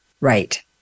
Right